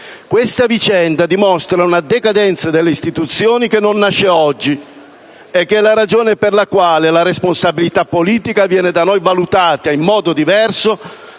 Questa vicenda dimostra una decadenza delle istituzioni che non nasce oggi, e ciò è la ragione per la quale la responsabilità politica viene da noi valutata in modo diverso